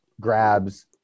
grabs